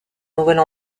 nouvelle